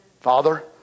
Father